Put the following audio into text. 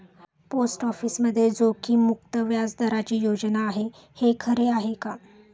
Post ऑफिसमध्ये जोखीममुक्त व्याजदराची योजना आहे, हे खरं आहे का?